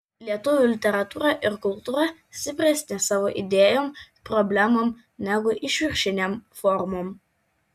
lietuvių literatūra ir kultūra stipresnė savo idėjom problemom negu išviršinėm formom